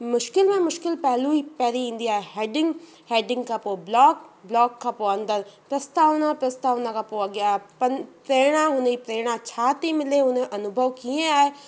मुश्किलु में मुश्किलु पहलू पहिरीं ईंदी आहे हेडिंग हेडिंग खां पोइ ब्लॉक ब्लॉक खां पोइ अंदरि प्रस्तावना प्रस्तावना खां पोइ अॻियां पं प्रेरणा हुनजी प्रेरणा छा थी मिले हुनजो अनुभव कीअं आहे